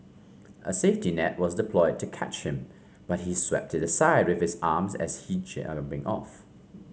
a safety net was deployed to catch him but he swept it aside with his arms as he jumping off